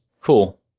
Cool